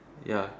ya